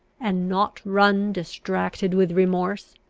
and not run distracted with remorse?